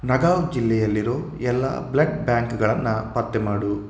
ನಗಾವ್ ಜಿಲ್ಲೆಯಲ್ಲಿರೋ ಎಲ್ಲ ಬ್ಲಡ್ ಬ್ಯಾಂಕ್ಗಳನ್ನು ಪತ್ತೆ ಮಾಡು